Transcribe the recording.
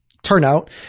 Turnout